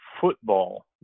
football